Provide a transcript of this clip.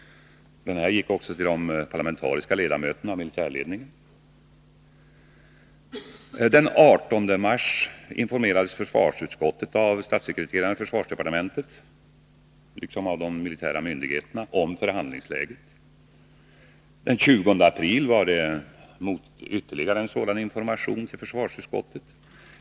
Denna gick också till de parlamentariska ledamöterna i militärledningen. Den 18 mars informerades försvarsutskottet av statssekreteraren i försvarsdepartementet och av de militära myndigheterna om förhandlingsläget. Den 20 april var det ytterligare en sådan information för försvarsutskottet.